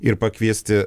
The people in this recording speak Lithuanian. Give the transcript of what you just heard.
ir pakviesti